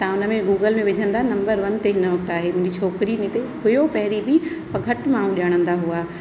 तव्हां उनमें गूगल में विझंदा नम्बर वन ते हिन वक्त आहे मुंहिंजी छोकिरी में हिते हुयो पहिरीं बि पर घटि माण्हू ॼाणंदा हुवा